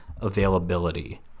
availability